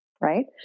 right